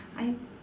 I